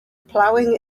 plowing